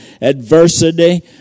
Adversity